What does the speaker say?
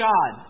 God